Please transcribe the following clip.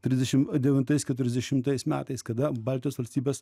trisdešim devintais keturiasdešimtais metais kada baltijos valstybės